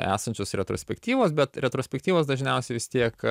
esančios retrospektyvos bet retrospektyvos dažniausiai vis tiek